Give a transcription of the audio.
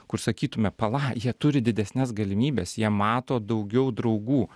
kur sakytume pala jie turi didesnes galimybes jie mato daugiau draugų